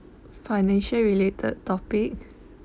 financial related topic